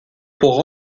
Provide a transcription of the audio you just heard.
pour